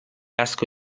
asko